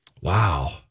Wow